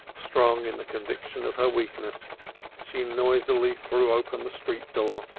strong in the conviction of her weakness she noisily threw open the street door.